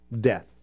death